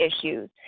issues